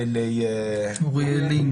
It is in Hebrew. ולאוריאל לין